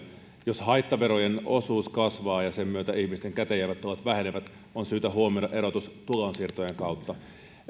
jos haittaverojen osuus kasvaa ja sen myötä ihmisten käteenjäävät tulot vähenevät on syytä huomioida erotus tulonsiirtojen kautta